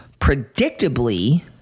predictably